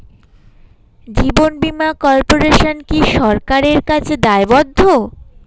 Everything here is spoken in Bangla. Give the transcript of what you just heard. জীবন বীমা কর্পোরেশন কি সরকারের কাছে দায়বদ্ধ?